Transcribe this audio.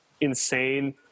insane